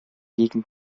liegen